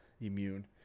immune